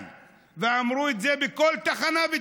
מתוך הביחד שלנו,